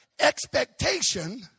expectation